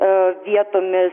o vietomis